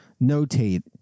notate